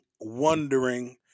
wondering